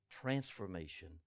transformation